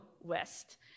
west